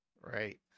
Right